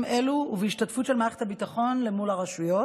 אלו ובהשתתפות של מערכת הביטחון למול הרשויות.